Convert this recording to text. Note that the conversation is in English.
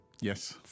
Yes